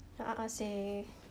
a'ah seh